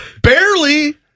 Barely